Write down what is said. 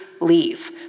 leave